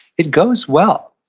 it goes well.